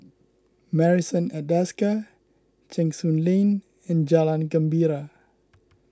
Marrison at Desker Cheng Soon Lane and Jalan Gembira